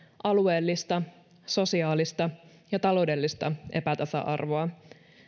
alueellista sosiaalista ja taloudellista epätasa arvoa